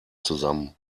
zusammen